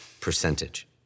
percentage